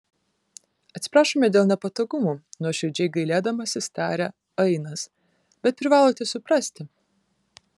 atsiprašome dėl nepatogumų nuoširdžiai gailėdamasis tarė ainas bet privalote suprasti